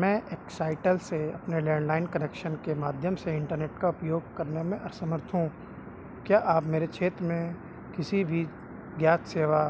मैं एक्साइटल से अपने लैंडलाइन कनेक्शन के माध्यम से इंटरनेट का उपयोग करने में असमर्थ हूँ क्या आप मेरे क्षेत्र में किसी भी ज्ञात सेवा